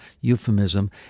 euphemism